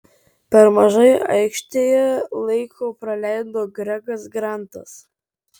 per mažai aikštėje laiko praleido gregas grantas